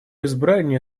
избрание